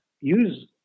use